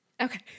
Okay